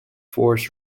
forest